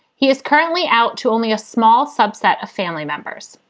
he is currently out to only a small subset of family members.